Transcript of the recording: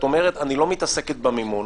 את אומרת: אני לא מתעסקת במימון